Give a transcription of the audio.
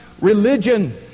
religion